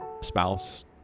spouse